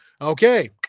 Okay